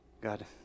God